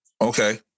Okay